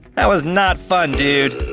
that was not fun, dude.